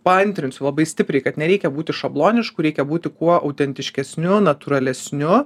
paantrinsiu labai stipriai kad nereikia būti šablonišku reikia būti kuo autentiškesniu natūralesniu